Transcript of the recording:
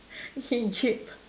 Egypt